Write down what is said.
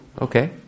okay